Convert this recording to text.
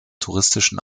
touristischen